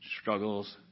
struggles